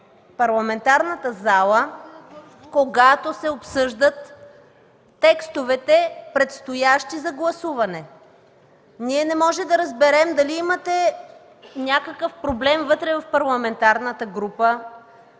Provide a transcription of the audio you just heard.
в парламентарната зала, когато се обсъждат текстовете, предстоящи за гласуване. Не може да разберем дали имате проблем в парламентарната група,